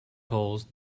polls